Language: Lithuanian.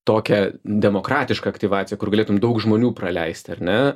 tokią demokratišką aktyvaciją kur galėtum daug žmonių praleisti ar ne